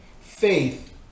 faith